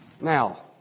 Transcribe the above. Now